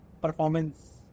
performance